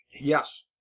Yes